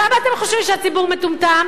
כמה אתם חושבים שהציבור מטומטם?